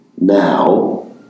now